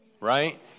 right